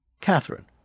Catherine